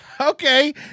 Okay